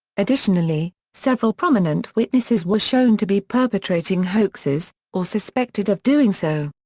additionally, several prominent witnesses were shown to be perpetrating hoaxes, or suspected of doing so.